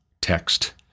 text